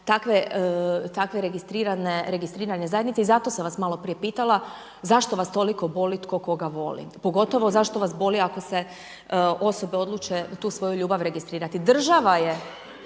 takve registrirane zajednice i zato sam vas maloprije pitala, zašto vas toliko boli tko koga voli, pogotovo zašto vas boli ako se osobe odluče tu svoju ljubav registrirati. Država je